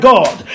God